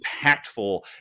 impactful